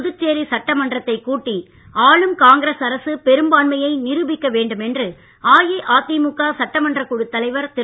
புதுச்சேரி சட்டமன்றத்தைக் கூட்டி ஆளும் காங்கிரஸ் அரசு பெரும்பான்மையை நிரூபிக்க வேண்டும் என்று அஇஅதிமுக சட்டமன்றக் குழுத் தலைவர் திரு